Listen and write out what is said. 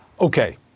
Okay